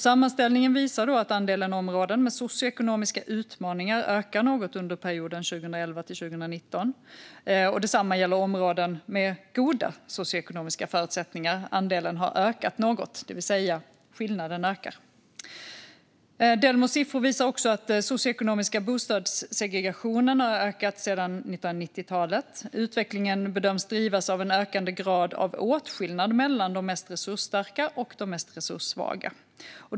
Sammanställningen visar att andelen områden med socioekonomiska utmaningar ökar något under perioden 2011-2019. Detsamma gäller områden med goda socioekonomiska förutsättningar - andelen har ökat något, vilket innebär att skillnaden ökar. Delmos siffror visar också att den socioekonomiska bostadssegregationen har ökat sedan 1990-talet. Utvecklingen bedöms drivas av en ökande grad av åtskillnad mellan de mest resursstarka och de mest resurssvaga.